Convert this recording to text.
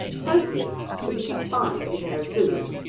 parsley should be cut fine with a pair of scissors,